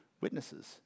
witnesses